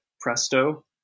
Presto